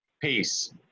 peace